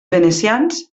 venecians